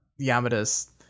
Yamada's